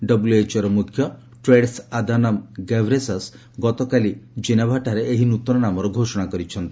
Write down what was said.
ଡବ୍ଲଏଚ୍ଓର ମୁଖ୍ୟ Tedros Adhanom Ghebreyesus ଗତକାଲି ଜେନେଭାଠାରେ ଏହି ନୂତନ ନାମର ଘୋଷଣା କରିଛନ୍ତି